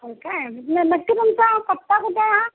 हो काय मग नक्की तुमचा पत्ता कुठे हा